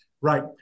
right